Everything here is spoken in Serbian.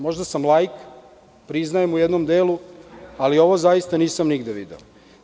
Možda sam laik, priznajem u jednom delu, ali ovo zaista nisam nigde video.